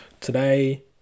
Today